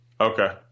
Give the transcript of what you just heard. Okay